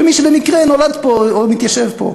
של מי שבמקרה נולד פה או מתיישב פה.